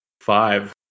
Five